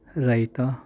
raita